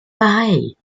pareils